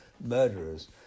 murderers